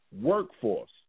Workforce